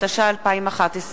התשע"א 2011,